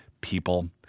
people